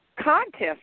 contest